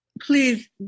Please